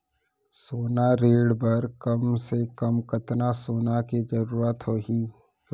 सोना ऋण बर कम से कम कतना सोना के जरूरत होही??